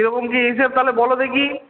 কীরকম কী হিসেবে তাহলে বলো দেখি